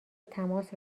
تماس